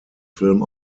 film